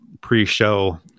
pre-show